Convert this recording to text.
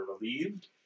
relieved